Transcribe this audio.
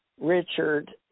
Richard